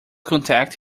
contact